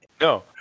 No